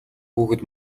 хүүхэд